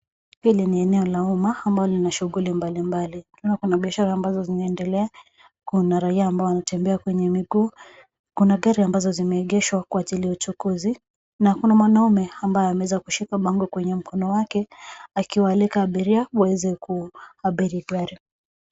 Hili ni eneo la umma ambao lina shughuli mbalimbali. Naona kuna biashara ambazo zinaendelea, kuna raia ambao wanatembea kwenye miguu, kuna gari ambazo zimeegeshwa kwa ajili ya uchukuzi na kuna mwanaume ambaye ameeza kushika bango kwenye mkono wake akiwaalika abiria waweze kuabiri gari.